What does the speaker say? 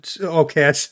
Okay